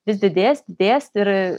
vis didės didės ir